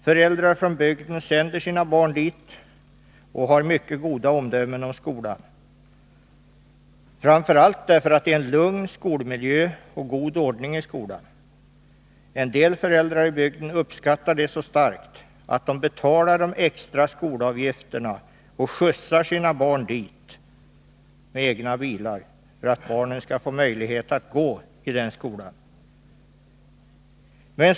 Föräldrar från bygden sänder sina barn till skolan, och de fäller mycket goda omdömen om skolan, framför allt därför att det är en lugn miljö och god ordning i skolan. En del föräldrar i bygden uppskattar det så mycket att de betalar de extra skolavgifterna och skjutsar sina barn till skolan med egna bilar för att barnen skall få möjlighet att gå i Ekebyholmsskolan.